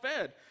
fed